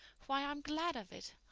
why, i'm glad of it.